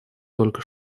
только